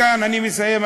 וכאן אני מסיים,